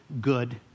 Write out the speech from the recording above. good